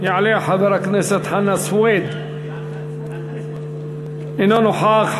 יעלה חבר הכנסת חנא סוייד, אינו נוכח.